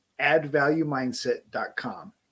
addvaluemindset.com